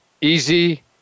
easy